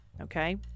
Okay